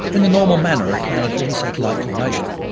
in the normal manner of planetary and satellite formation.